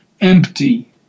empty